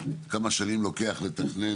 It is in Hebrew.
כמה שנים לוקח לתכנן,